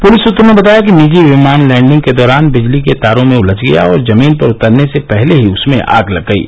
police सूत्रों ने बताया कि निर्जो विमान लैण्डिंग के दौरान बिजली के तारों में उलझ गया और जमीन पर उतरने से पहले ही उसमें आग लग गयी